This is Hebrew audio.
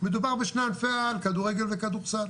מדובר בשני ענפי על כדורגל וכדורסל.